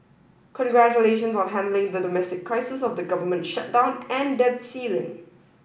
congratulations on handling the domestic crisis of the government shutdown and debt ceiling